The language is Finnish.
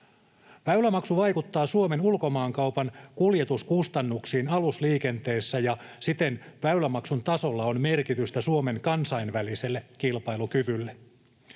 Väylämaksu vaikuttaa Suomen ulkomaankaupan kuljetuskustannuksiin alusliikenteessä, ja siten väylämaksun tasolla on merkitystä Suomen kansainväliselle kilpailukyvylle.